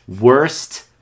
worst